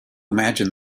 imagine